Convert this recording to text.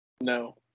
No